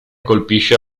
colpisce